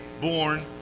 born